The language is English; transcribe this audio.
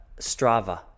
Strava